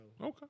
Okay